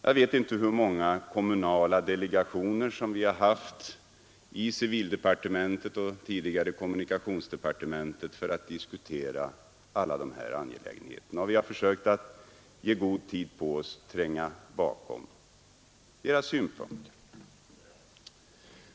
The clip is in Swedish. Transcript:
Jag vet inte hur många kommunala delegationer som gjort uppvaktningar i civildepartementet och tidigare i kommunikationsdepartementet för att diskutera alla dessa angelägenheter. Vi har försökt att ta god tid på oss för att kunna tränga bakom deras synpunkter.